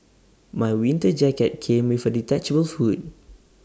my winter jacket came with A detachable hood